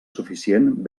suficient